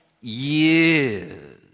years